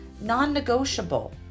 non-negotiable